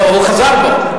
הוא חזר בו.